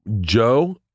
Joe